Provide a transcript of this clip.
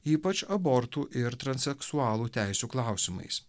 ypač abortų ir transseksualų teisių klausimais